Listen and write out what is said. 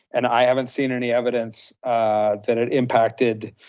and i haven't seen any evidence that it impacted